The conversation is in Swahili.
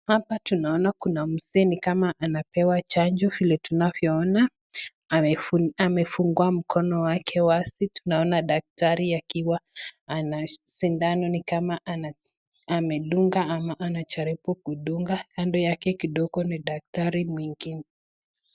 Hapa tunaona kuna mzee ni kama anapewa chanjo vile tunavyoona. Amefungwa mkono wake wazi, tunaona daktari akiwa na sindano ni kama amedunga ama anajaribu kudunga. Kando yake kidogo ni daktari mwingine.